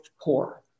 poor